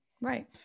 Right